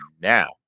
now